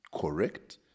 correct